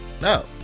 No